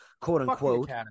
quote-unquote